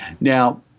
Now